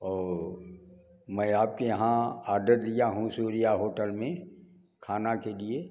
और मैं आपके यहाँ आडर दिया हूँ सूर्या होटल में खाना के लिए